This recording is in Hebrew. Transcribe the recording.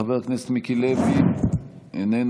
חבר הכנסת מיקי לוי, איננו,